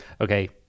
Okay